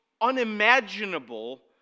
unimaginable